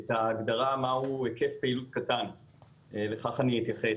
את ההגדה למה הוא היקף פעילות קטן ולכך אני אתייחס.